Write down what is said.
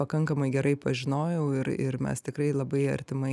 pakankamai gerai pažinojau ir ir mes tikrai labai artimai